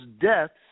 deaths